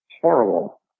Horrible